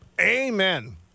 Amen